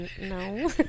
No